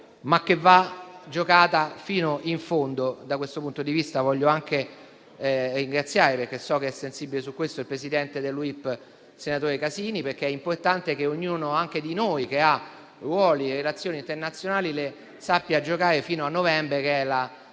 ma che va giocata fino in fondo. Da questo punto di vista voglio anche ringraziare, perché so che è sensibile su questo, il presidente dell'UIP, senatore Casini, perché è importante che anche chi tra noi ricopre ruoli internazionali li sappia giocare fino a novembre, che è il